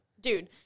Dude